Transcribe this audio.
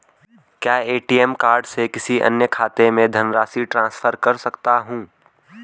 क्या ATM card से किसी अन्य खाते में धनराशि ट्रांसफर कर सकता हूँ?